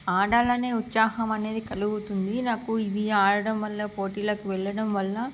ఆడాలి అనే ఉత్సాహం అనేది కలుగుతుంది నాకు ఇవి ఆడడం వల్ల పోటీలకు వెళ్ళడం వల్ల